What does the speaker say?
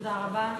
תודה רבה